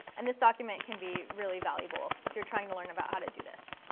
and this document can be really valuable if you're trying to learn about how to do this.